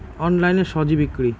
অনলাইনে স্বজি বিক্রি?